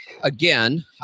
again